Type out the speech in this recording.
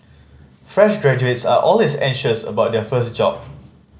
fresh graduates are always anxious about their first job